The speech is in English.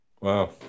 Wow